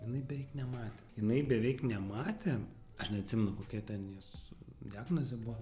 jinai beveik nematė jinai beveik nematė aš neatsimenu kokia ten jos diagnozė buvo